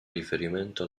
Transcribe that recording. riferimento